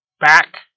back